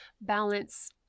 Balance